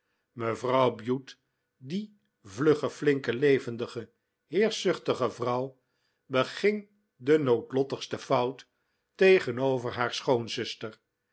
mevrouw bute die vlugge flinke levendige heerschzuchtige vrouw beging de noodlottigste fout tegenover haar